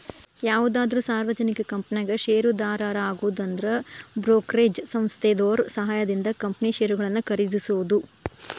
ಯಾವುದಾದ್ರು ಸಾರ್ವಜನಿಕ ಕಂಪನ್ಯಾಗ ಷೇರುದಾರರಾಗುದಂದ್ರ ಬ್ರೋಕರೇಜ್ ಸಂಸ್ಥೆದೋರ್ ಸಹಾಯದಿಂದ ಕಂಪನಿ ಷೇರುಗಳನ್ನ ಖರೇದಿಸೋದು